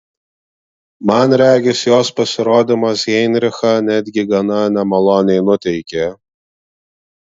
man regis jos pasirodymas heinrichą netgi gana nemaloniai nuteikė